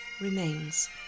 remains